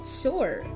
sure